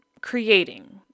creating